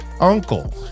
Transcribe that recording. uncle